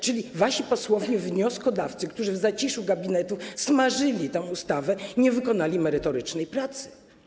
Czyli wasi posłowie wnioskodawcy, którzy w zaciszu gabinetu smażyli tę ustawę, nie wykonali merytorycznej pracy.